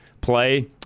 play